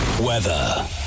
Weather